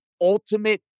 ultimate